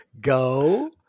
Go